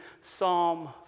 Psalm